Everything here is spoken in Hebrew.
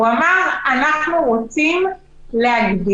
הוא אמר: אנחנו רוצים להגביל.